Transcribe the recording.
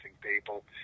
people